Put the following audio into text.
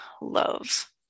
love